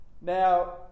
Now